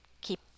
keep